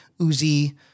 Uzi